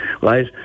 right